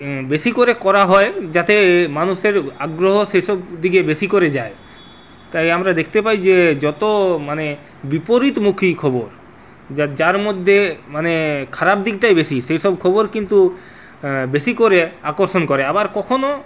বেশি করে করা হয় যাতে মানুষের আগ্রহ সেসব দিকে বেশি করে যায় তাই আমরা দেখতে পাই যে যত মানে বিপরীতমুখী খবর যা যার মধ্যে মানে খারাপ দিকটাই বেশি সেইসব খবর কিন্তু বেশি করে আকর্ষণ করে আবার কখনও